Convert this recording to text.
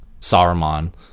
Saruman